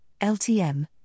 LTM